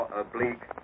oblique